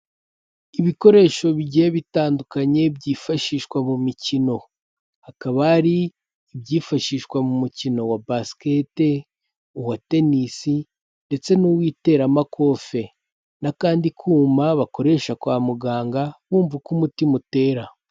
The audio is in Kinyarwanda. Ibikoresho bigiye bitandukanye byifashishwa mu mikino, hakaba ari ibyifashishwa mu mukino wa basikete uwa tennis ndetse n'uw'iteramakofe, n'akandi kuma bakoresha kwa muganga bumva uko umutima utera.